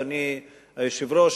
אדוני היושב-ראש,